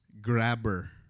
grabber